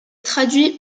traduit